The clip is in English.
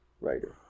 writer